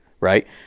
right